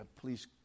Please